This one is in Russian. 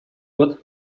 год